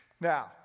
Now